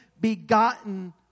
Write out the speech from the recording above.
begotten